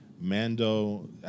Mando